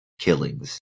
killings